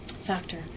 factor